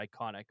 iconic